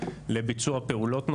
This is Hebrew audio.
לביצוע פעולות נוספות.